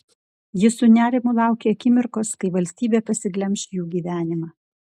ji su nerimu laukė akimirkos kai valstybė pasiglemš jų gyvenimą